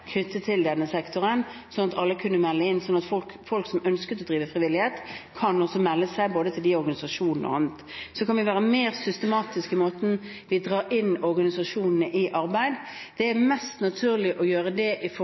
denne sektoren, slik at folk som ønsker å drive frivillighet, kan melde seg hos både disse organisasjonene og andre. Så kan vi være mer systematisk i måten vi trekker organisasjonene inn i arbeidet på. Det er mest naturlig å gjøre det i